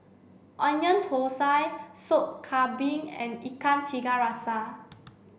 Onion Thosai Sop Kambing and Ikan Tiga Rasa